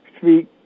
speak